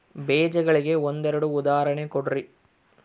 ಬೇಜಗಳಿಗೆ ಒಂದೆರಡು ಉದಾಹರಣೆ ಕೊಡ್ರಿ?